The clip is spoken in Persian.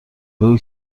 بگو